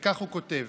וכך הוא כותב: